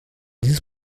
dieses